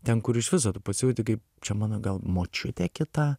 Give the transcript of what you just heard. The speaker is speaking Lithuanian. ten kur iš viso tu pasijauti kaip čia mano gal močiutė kita